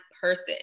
person